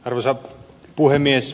arvoisa puhemies